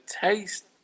taste